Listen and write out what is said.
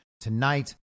tonight